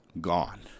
gone